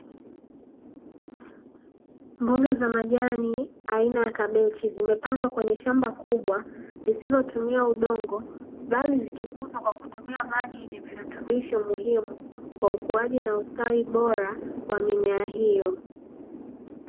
Mboga za majani aina ya kabeji zimepandwa kwenye shamba kubwa, lisilotumia udongo bali zikikuzwa kwa kutumia maji yenye virutubisho muhimu, kwa ukuaji na ustawi bora wa mimea hiyo.